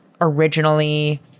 originally